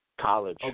College